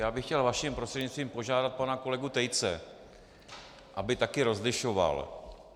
Já bych chtěl vaším prostřednictvím požádat pana kolegu Tejce, aby také rozlišoval.